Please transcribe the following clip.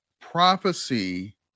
prophecy